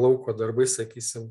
lauko darbai sakysim